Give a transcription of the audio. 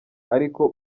ariko